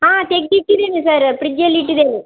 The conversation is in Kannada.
ಹಾಂ ತೆಗೆದಿಟ್ಟಿದೀನಿ ಸರ್ ಫ್ರಿಜ್ಜಲ್ಲಿ ಇಟ್ಟಿದ್ದೇನೆ